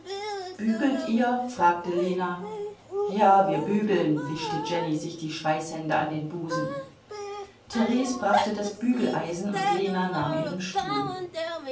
bügelt ihr fragte lena ja wir bügeln wischte jenny sich die schweißhände an den busen theres brachte das bügeleisen und lena nahm ihren stuhl